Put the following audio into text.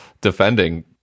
defending